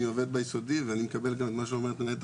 אני עובד ביסודי ואני מקבל מה שאומרת מנהלת